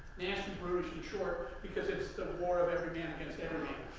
nasty version short, because it's the war of every man against every man.